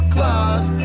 Claus